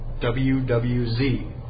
WWZ